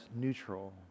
neutral